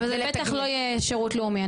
אבל זה בטח לא יהיה שירות לאומי,